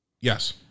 Yes